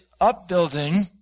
upbuilding